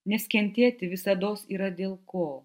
nes kentėti visados yra dėl ko